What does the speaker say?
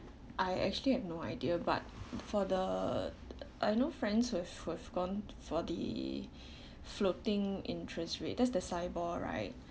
I actually have no idea but for the I know friends who have who have gone for the floating interest rates that's the SIBOR right